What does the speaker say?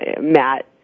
Matt